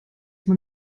man